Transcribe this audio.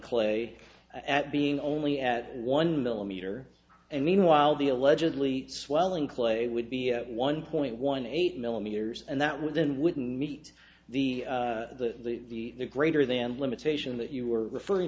clay at being only at one millimeter and meanwhile the allegedly swelling clay would be at one point one eight millimeters and that within wouldn't meet the the the greater than limitation that you were referring